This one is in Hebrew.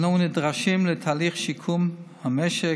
אנו נדרשים לתהליך שיקום המשק,